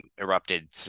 erupted